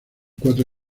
cuatro